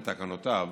ותקנותיו,